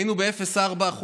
היינו ב-0.4%,